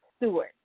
Stewart